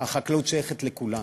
החקלאות שייכת לכולנו,